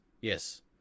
yes